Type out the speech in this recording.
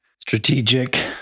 Strategic